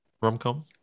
rom-com